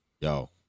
yo